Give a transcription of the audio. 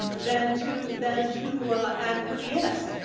and than to than to acquiesce,